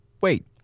Wait